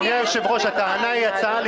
אדוני היושב-ראש, הטענה היא הצעה לסדר.